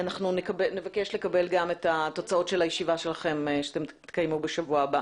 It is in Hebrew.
אנחנו נבקש לקבל את התוצאות של הישיבה שלכם שתקיימו בשבוע הבא